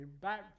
back